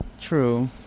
True